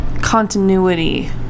continuity